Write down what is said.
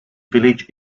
village